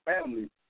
family